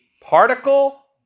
particle